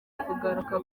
kugaruka